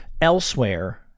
elsewhere